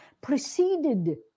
Preceded